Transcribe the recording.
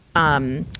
um,